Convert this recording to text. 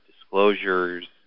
disclosures